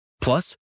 Plus